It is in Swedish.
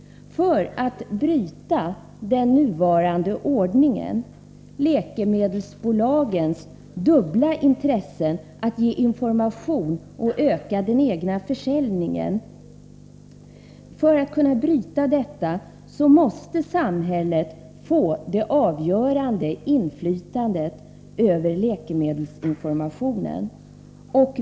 För att bryta den nuvarande ordningen, med läkemedelsbolagens dubbla intressen att ge information och öka den egna försäljningen, måste samhället få det avgörande inflytandet över läkemedelsinformationen.